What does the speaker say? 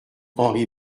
henry